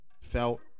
felt